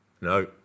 no